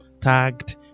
tagged